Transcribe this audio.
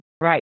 Right